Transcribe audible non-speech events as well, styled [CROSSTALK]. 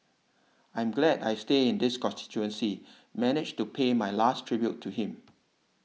I'm glad I stay in this [UNINTELLIGIBLE] managed to pay my last tribute to him